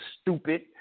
stupid